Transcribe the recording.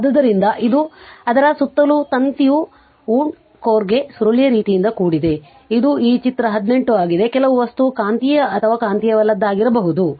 ಆದ್ದರಿಂದ ಇದು ಅದರ ಸುತ್ತಲೂ ತಂತಿಯು ವೂಂಡ್ ಕೋರ್ ಗೆ ಸುರುಳಿಯ ರೀತಿಯಿಂದ ಕೂಡಿದೆ ಇದು ಈ ಚಿತ್ರ 18 ಆಗಿದೆ ಕೆಲವು ವಸ್ತುವು ಕಾಂತೀಯ ಅಥವಾ ಕಾಂತೀಯವಲ್ಲದದ್ದಾಗಿರಬಹುದು